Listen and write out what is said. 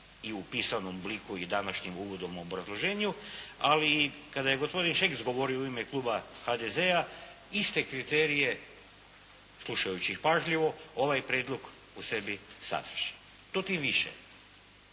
i u pisanom obliku i današnjim uvodom u obrazloženju, ali i kada je gospodin Šeks govorio u ime Kluba HDZ-a, iste kriterije, slušajući ih pažljivo, ovaj prijedlog u sebi sadrži. To tim više